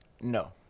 No